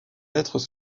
lettres